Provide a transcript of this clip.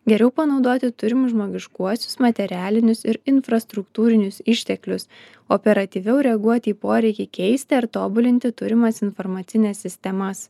geriau panaudoti turimus žmogiškuosius materialinius ir infrastruktūrinius išteklius operatyviau reaguoti į poreikį keisti ar tobulinti turimas informacines sistemas